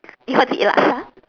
you want to eat laksa